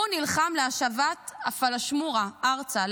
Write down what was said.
הוא נלחם להשבת הפלאשמורה ארצה,